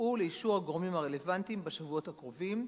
יובאו לאישור הגורמים הרלוונטיים בשבועות הקרובים,